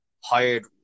hired